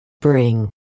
bring